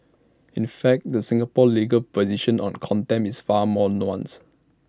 in fact the Singapore legal position on contempt is far more nuanced